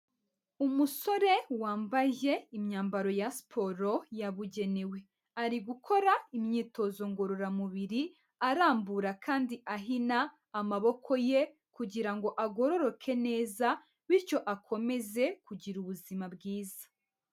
Umusore wambaye imyambaro ya siporo yabugenewe, ari gukora imyitozo ngororamubiri, arambura kandi ahina amaboko ye kugira ngo agororoke neza bityo akomeze kugira ubuzima bwiza.